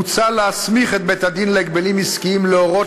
מוצע להסמיך את בית-הדין להגבלים עסקיים להורות